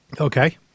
Okay